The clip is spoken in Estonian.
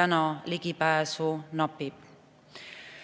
täna ligipääsu napib.